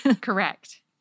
Correct